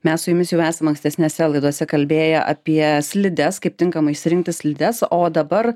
mes su jumis jau esam ankstesnėse laidose kalbėję apie slides kaip tinkamai išsirinkti slides o dabar